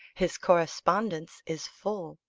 his correspondence is full.